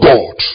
God